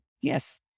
yes